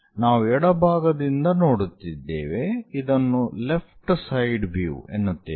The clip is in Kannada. ನಾವು ಎಡಭಾಗದಿಂದ ನೋಡುತ್ತಿದ್ದೇವೆ ಇದನ್ನು ಲೆಫ್ಟ್ ಸೈಡ್ ವ್ಯೂ ಎನ್ನುತ್ತೇವೆ